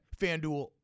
FanDuel